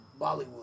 Bollywood